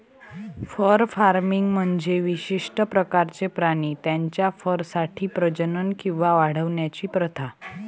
fur farming म्हणजे विशिष्ट प्रकारचे प्राणी त्यांच्या फरसाठी प्रजनन किंवा वाढवण्याची प्रथा